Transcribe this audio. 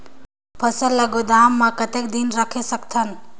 फसल ला गोदाम मां कतेक दिन रखे सकथन?